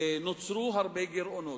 נוצרו הרבה גירעונות.